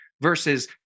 versus